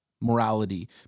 morality